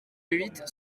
huit